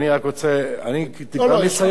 לא לא, יש לך עוד שתי דקות שלמות.